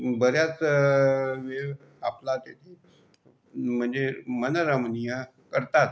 बऱ्याच वेळ आपला तिथे म्हणजे मनरमणीय करतात